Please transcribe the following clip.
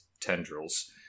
tendrils